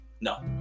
No